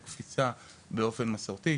באופן מסורתי,